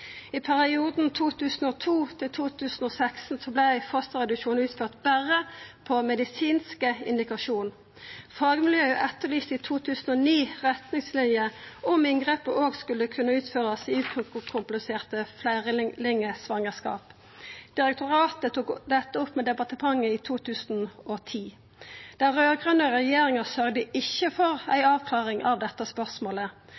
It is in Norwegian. I perioden 2002–2016 vart fosterreduksjon utført berre på medisinsk indikasjon. Fagmiljøet etterlyste i 2009 retningsliner om inngrepet òg skulle kunne utførast i ukompliserte fleirlingsvangerskap, og direktoratet tok dette opp med departementet i 2010. Den raud-grøne regjeringa sørgde ikkje for